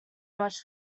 much